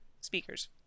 speakers